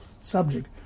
subject